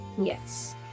Yes